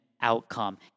Outcome